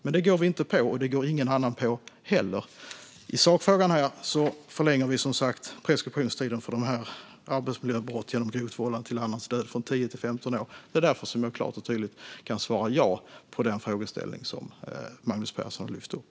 Men det går vi inte på, och det går heller ingen annan på. I sakfrågan förlänger vi som sagt preskriptionstiden för arbetsmiljöbrott genom grovt vållande till annans död från 10 till 15 år. Det är därför som jag klart och tydligt kan svara ja på den frågeställning som Magnus Persson lyfter upp.